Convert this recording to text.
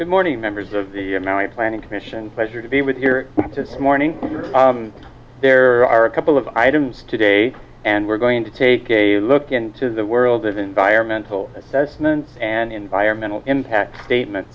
good morning members of the planning commission pleasure to be with your morning there are a couple of items today and we're going to take a look into the world of environmental assessment and environmental impact